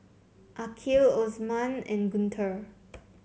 Aqil Osman and Guntur